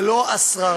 זה לא השררה.